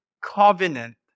Covenant